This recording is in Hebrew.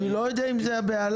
אני לא יודע אם יש בהלה,